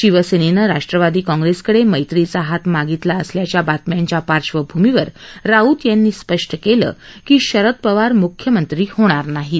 शिवसम्राच्चं राष्ट्रवादी काँग्रस्तकड मैत्रीचा हात मागितला असल्याच्या बातम्यांच्या पार्श्वभूमीवर राऊत यांनी स्पष्ट कालं की शरद पवार मुख्यमंत्री होणार नाहीत